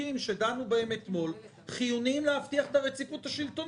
שדנו בהן אתמול חיוניות כדי להבטיח את הרציפות השלטונית.